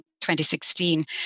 2016